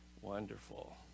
wonderful